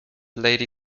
lady